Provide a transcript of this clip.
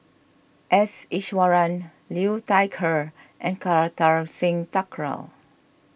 S Iswaran Liu Thai Ker and Kartar Singh Thakral